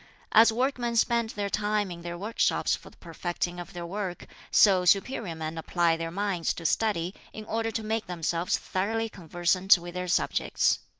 as workmen spend their time in their workshops for the perfecting of their work, so superior men apply their minds to study in order to make themselves thoroughly conversant with their subjects.